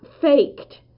faked